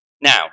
Now